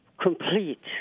complete